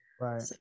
right